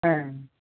হ্যাঁ